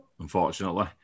unfortunately